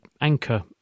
anchor